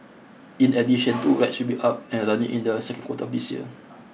in addition two rides should be up and running in the second quarter of this year